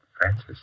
Francis